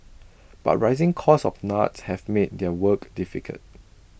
but rising costs of nuts have made their work difficult